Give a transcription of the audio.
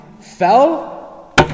fell